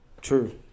True